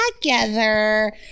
Together